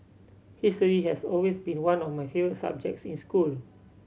history has always been one of my favourite subjects in school